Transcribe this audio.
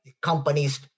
companies